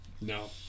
No